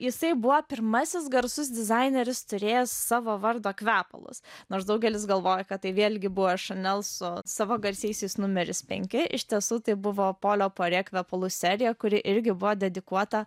jisai buvo pirmasis garsus dizaineris turėjęs savo vardo kvepalus nors daugelis galvoja kad tai vėlgi buvo šanel su savo garsiaisiais numeris penki iš tiesų tai buvo polio puarė kvepalų serija kuri irgi buvo dedikuota